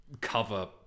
cover